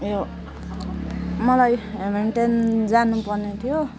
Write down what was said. ऊ यो मलाई हेमिल्टन जानुपर्ने थियो